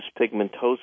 pigmentosa